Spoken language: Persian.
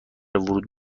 ورود